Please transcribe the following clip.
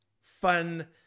fun